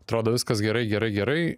atrodo viskas gerai gerai gerai